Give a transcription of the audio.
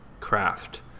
craft